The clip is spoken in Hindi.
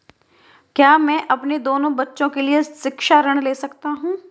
क्या मैं अपने दोनों बच्चों के लिए शिक्षा ऋण ले सकता हूँ?